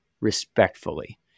respectfully